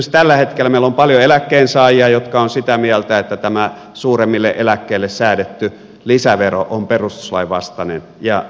esimerkiksi tällä hetkellä meillä on paljon eläkkeensaajia jotka ovat sitä mieltä että tämä suuremmille eläkkeille säädetty lisävero on perustuslain vastainen ja niin edelleen